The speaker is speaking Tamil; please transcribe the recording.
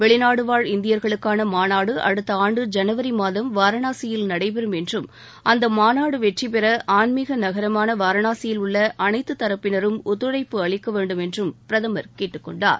வெளிநாடுவாழ் இந்தியர்களுக்கான மாநாடு அடுத்த ஆண்டு ஜனவரி மாதம் வாரணாசியில் நடைபெறும் என்றும் அந்த மாநாடு வெற்றிபெற ஆன்மிக நகரமான வாரணாசியில் உள்ள அனைத்து தரப்பினரும் ஒத்துழைப்பு அளிக்க வேண்டும் என்றும் பிரதமர் கேட்டுக் கொண்டார்